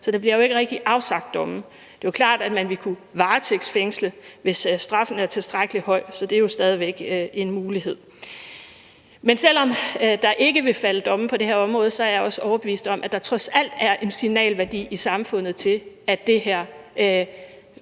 Så der bliver jo ikke rigtig afsagt domme. Det er klart, at man vil kunne varetægtsfængsle, hvis straffen er tilstrækkelig høj, så det er stadig væk en mulighed. Men selv om der ikke vil falde domme på det her område, er jeg også overbevist om, at der trods alt er en signalværdi i samfundet om, at det her